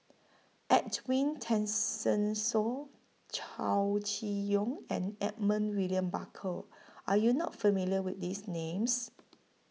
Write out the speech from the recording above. Edwin Tessensohn Chow Chee Yong and Edmund William Barker Are YOU not familiar with These Names